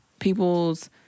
people's